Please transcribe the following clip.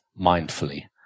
mindfully